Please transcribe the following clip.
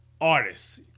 artists